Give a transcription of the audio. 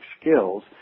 skills